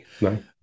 no